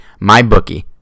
Mybookie